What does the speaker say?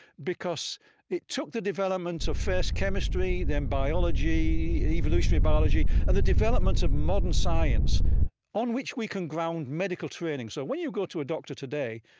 because it took the development of, first, chemistry, then biology, evolutionary biology, and the developments of modern science on which we can ground medical training so, when you go to a doctor today,